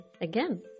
again